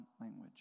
language